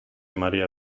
maría